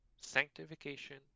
sanctification